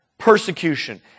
persecution